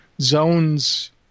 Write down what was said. zones